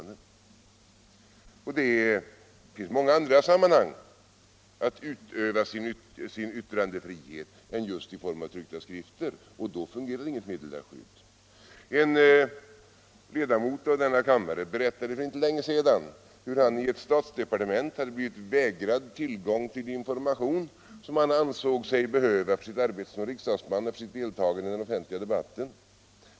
Det finns många andra sammanhang där man kan utnyttja sin yttrandefrihet än just i tryckta skrifter, och då fungerar inget meddelarskydd. En ledamot av denna kammare berättade för inte länge sedan hur han i ett statsdepartement hade blivit vägrad tillgång till information som han ansåg sig behöva för sitt arbete som riksdagsman, för sitt deltagande i den offentliga debatten.